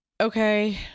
okay